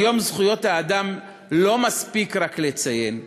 אבל את יום זכויות האדם לא מספיק לציין,